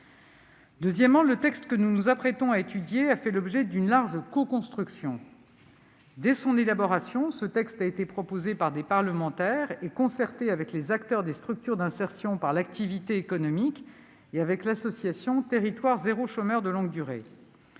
Deuxièmement, le texte que nous nous apprêtons à étudier a fait l'objet d'une large coconstruction. Dès son élaboration, il a été proposé par des parlementaires et concerté avec les acteurs des structures de l'insertion par l'activité économique et avec l'association Territoires zéro chômeur de longue durée.